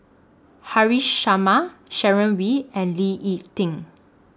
Haresh Sharma Sharon Wee and Lee Ek Tieng